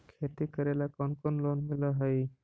खेती करेला कौन कौन लोन मिल हइ?